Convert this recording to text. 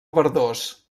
verdós